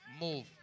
move